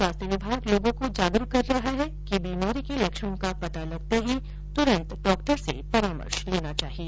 स्वास्थ्य विभाग लोगों को जागरूक कर रहा है कि बीमारी के लक्षणों का पता लगते ही तुरंत डॉक्टर से परामर्श लेना चाहिए